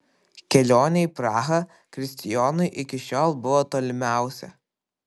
kelionė į prahą kristijonui iki šiol buvo tolimiausia